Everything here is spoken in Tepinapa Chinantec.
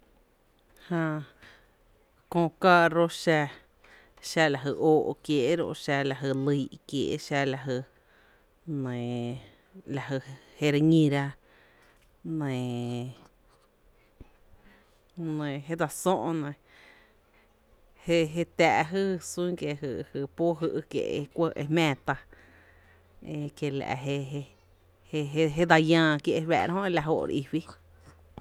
Jää köö kaarro xa, xa la jy óó kiéé’ ro’ xa la jy lyy’ kiee’, xa la jy nɇɇ la jy jé re ñíra nɇɇ nɇɇ je dsa sö’ nɇ, jé jé tⱥⱥ’ jyy sún kie’ jy jy póo jý’ kiee’ e kuɇ e e jmⱥⱥ ta, ekiela’ jé jé dsa llⱥⱥ kié’ e la jóó’ re í fí.